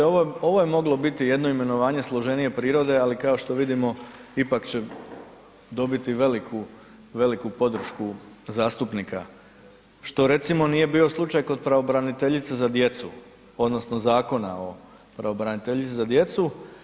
Ovo je moglo biti jedno imenovanje složenije prirode ali kao što vidimo ipak će dobiti veliku, veliku podršku zastupnika što recimo nije bio slučaj kod pravobraniteljice za djecu, odnosno zakona o pravobraniteljici za djecu.